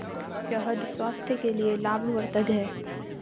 शहद स्वास्थ्य के लिए लाभवर्धक है